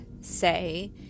say